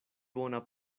bona